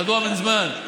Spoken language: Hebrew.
אח'דוהא מן זמן.